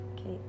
okay